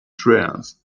trance